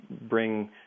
bring